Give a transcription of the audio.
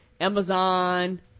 Amazon